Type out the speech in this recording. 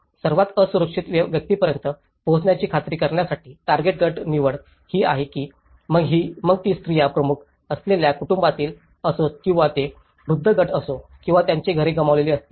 सर्वात असुरक्षित व्यक्तींपर्यंत पोहोचण्याची खात्री करण्यासाठी टार्गेट गट निवड ही आहे की मग ती स्त्रिया प्रमुख असलेल्या कुटुंबातील असोत किंवा ती वृद्ध गट असो किंवा त्यांनी घरे गमावली असतील